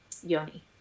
yoni